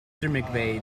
mcveigh